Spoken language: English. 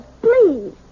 please